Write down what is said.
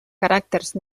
caràcters